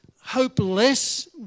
hopeless